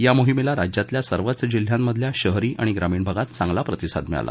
या मोहिमेला राज्यातल्या सर्वच जिल्ह्यांमधल्या शहरी आणि ग्रामीण भागात चांगला प्रतिसाद मिळाला